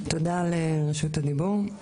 תודה על רשות הדיבור.